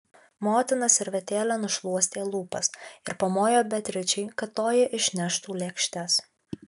motina servetėle nusišluostė lūpas ir pamojo beatričei kad toji išneštų lėkštes